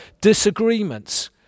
disagreements